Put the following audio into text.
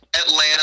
Atlanta